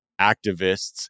activists